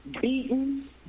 beaten